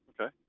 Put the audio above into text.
Okay